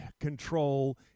control